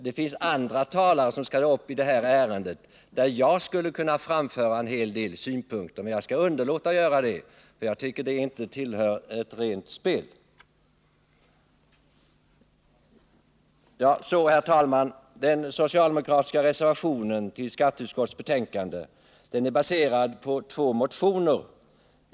Det finns också andra talare vilka skall yttra sig i det här ärendet och mot vilka jag skulle kunna framföra en hel del synpunkter, men jag skall underlåta att göra det — jag tycker inte att det skulle vara rent spel. Herr talman! Den socialdemokratiska reservationen till skatteutskottets betänkande är baserad på två motioner.